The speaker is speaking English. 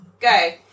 Go